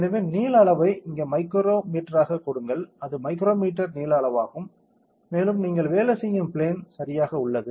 எனவே நீள அளவை இங்கே மைக்ரோ மீட்டராகக் கொடுங்கள் அது மைக்ரோமீட்டர் நீள அளவாகும் மேலும் நீங்கள் வேலை செய்யும் பிளேன் சரியாக உள்ளது